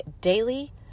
daily